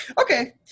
Okay